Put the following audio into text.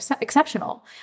exceptional